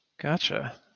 Gotcha